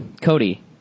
Cody